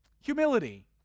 Humility